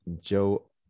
Joe